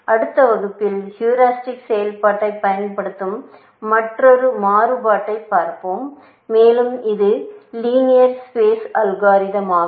அடுத்த வகுப்பில் ஹீரிஸ்டிக்செயல்பாட்டைப் பயன்படுத்தும் மற்றொரு மாறுபாட்டைப் பார்ப்போம் மேலும் இது லீனியர் ஸ்பேஸ் அல்காரிதம்ஸ் ஆகும்